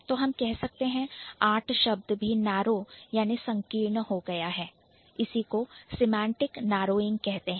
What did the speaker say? तो हम कह सकते हैं कि आर्ट शब्द भी Narrow नारो संकीर्ण हो गया है इसी को Semantic Narrowing सेमांटिक नारोइंग कहते हैं